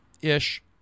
ish